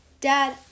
Dad